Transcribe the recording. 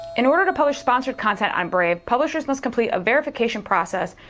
in order to publish sponsored content on brave, publishers must complete a verification process,